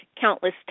countless